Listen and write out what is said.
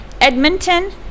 Edmonton